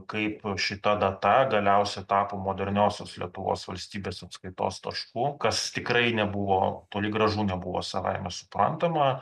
kaip šita data galiausiai tapo moderniosios lietuvos valstybės atskaitos tašku kas tikrai nebuvo toli gražu nebuvo savaime suprantama